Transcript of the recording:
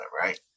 right